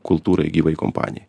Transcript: kultūrai gyvai kompanijai